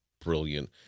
brilliant